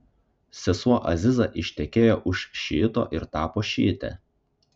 sesuo aziza ištekėjo už šiito ir tapo šiite